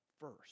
first